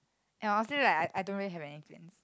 and obviously like I I don't really have any plans